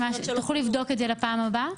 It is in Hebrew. תוכלו לבדוק את זה לפעם הבאה?